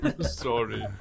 Sorry